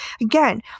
again